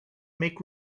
make